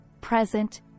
present